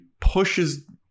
pushes